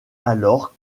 alors